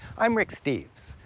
i'm rick steves.